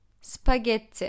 spaghetti